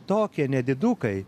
tokie nedidukai